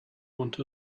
want